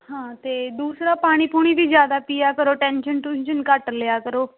ਹਾਂ ਤੇ ਦੂਸਰਾ ਪਾਣੀ ਪੂਣੀ ਵੀ ਜ਼ਿਆਦਾ ਪੀਆ ਕਰੋ ਟੈਂਸ਼ਨ ਟੁਨਸ਼ਨ ਘੱਟ ਲਿਆ ਕਰੋ